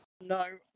No